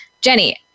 Jenny